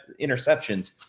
interceptions